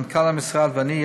מנכ"ל המשרד ואני,